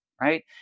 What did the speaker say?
Right